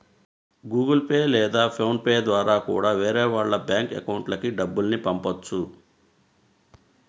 Google Pay లేదా PhonePe ద్వారా కూడా వేరే వాళ్ళ బ్యేంకు అకౌంట్లకి డబ్బుల్ని పంపొచ్చు